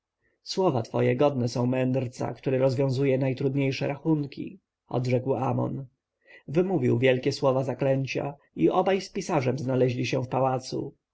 słowa twoje godne są mędrca który rozwiązuje najtrudniejsze rachunki rzekł amon wymówił wielkie słowa zaklęcia i obaj z pisarzem znaleźli się w pałacu